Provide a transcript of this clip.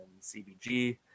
CBG